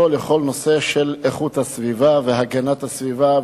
בכל הנושא של איכות הסביבה והגנת הסביבה.